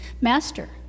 Master